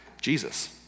Jesus